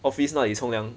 office 那里冲凉